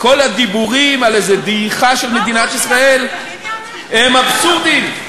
כל הדיבורים על איזו דעיכה של מדינת ישראל הם אבסורדיים.